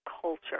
culture